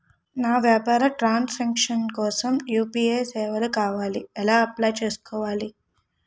నా వ్యాపార transaction కోసం యు.పి.ఐ సేవలు కావాలి ఎలా అప్లయ్ చేసుకోవాలి?